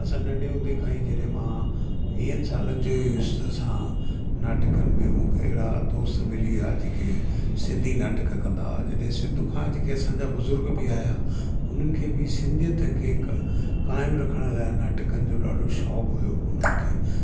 असां नंढे हूंदे खां ई जॾहिं मां वीहनि सालनि जो ई हुयुसि असां नाटकनि में मूंखे अहिड़ा दोस्त मिली विया जेके सिंधी नाटक कंदा हा जिने सिंध खां असांजा बुज़ूर्ग बि आया हुननि खे बि सिंधीयत खे कायम रखण लाइ नाटकनि जो ॾाढो शौंकु़ हुयो हुननि खे